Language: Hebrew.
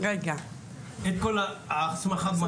את כל ההסמכה במתמטיקה.